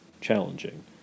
challenging